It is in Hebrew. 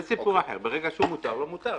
אם מותר לו, מותר.